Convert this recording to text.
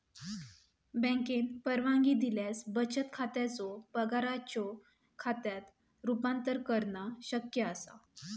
बँकेन परवानगी दिल्यास बचत खात्याचो पगाराच्यो खात्यात रूपांतर करणा शक्य असा